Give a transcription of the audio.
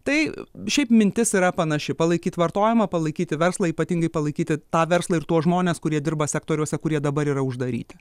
tai šiaip mintis yra panaši palaikyt vartojimą palaikyti verslą ypatingai palaikyti tą verslą ir tuos žmones kurie dirba sektoriuose kurie dabar yra uždaryti